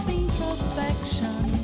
introspection